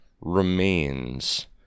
remains